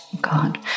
God